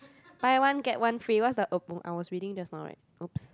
buy one get one free what's the oh I was reading just now right oops